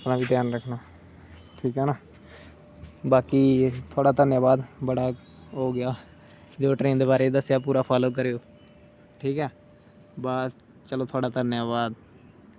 एह् घ्यान रक्खना ठीक हे ना बाकी तुदां घन्याबाद बड़ा हो गया जो ट्रैन दे बारे च दस्सेआ पूरा फालो करेओ ठीक ऐ बस चलो थुआढ़ा घन्याबाद